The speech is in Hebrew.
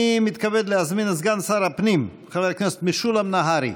אני מתכבד להזמין את סגן שר הפנים חבר הכנסת משולם נהרי.